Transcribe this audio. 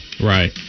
Right